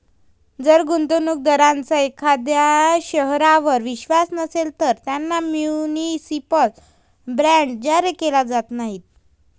जर गुंतवणूक दारांचा एखाद्या शहरावर विश्वास नसेल, तर त्यांना म्युनिसिपल बॉण्ड्स जारी केले जात नाहीत